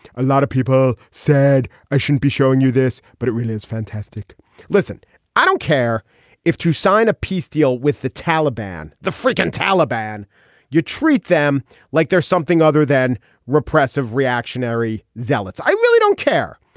a lot of people said i shouldn't be showing you this but it really is fantastic listen i don't care if to sign a peace deal with the taliban. the freakin taliban you treat them like there's something other than repressive reactionary zealots. i really don't care.